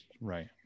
right